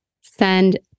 send